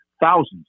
thousands